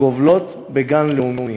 הגובלות בגן הלאומי.